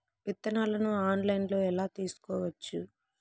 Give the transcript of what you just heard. విత్తనాలను ఆన్లైన్లో ఎలా తీసుకోవచ్చు